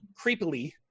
creepily